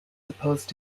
supposed